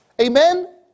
Amen